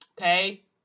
okay